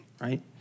right